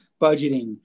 budgeting